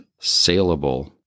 saleable